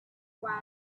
while